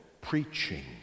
preaching